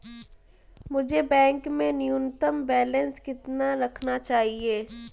मुझे बैंक में न्यूनतम बैलेंस कितना रखना चाहिए?